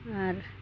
ᱟᱨ